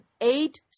Eight